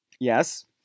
Yes